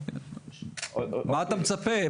אה --- מה אתה מצפה?